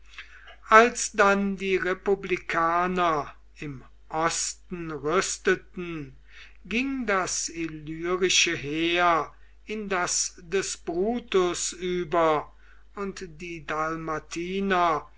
als dann die republikaner im osten rüsteten ging das illyrische heer in das des brutus über und die